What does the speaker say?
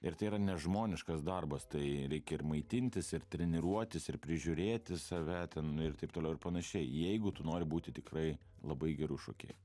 ir tai yra nežmoniškas darbas tai reikia ir maitintis ir treniruotis ir prižiūrėti save ten ir taip toliau ir panašiai jeigu tu nori būti tikrai labai geru šokėju